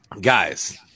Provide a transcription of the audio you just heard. guys